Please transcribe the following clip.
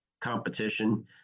competition